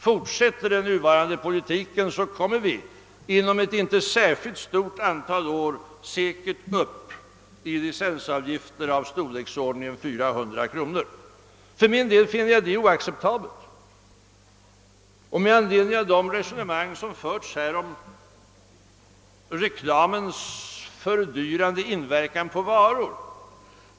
Fortsätter den nuvarande politiken, kommer vi inom ett inte särskilt stort antal år säkert upp i licensavgifter i storleksordningen 400 kronor. För min del finner jag det oacceptabelt. Det har här förts en hel del resone mang om reklamens fördyrande inverkan på varorna.